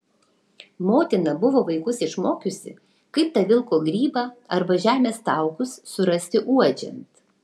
motina buvo vaikus išmokiusi kaip tą vilko grybą arba žemės taukus surasti uodžiant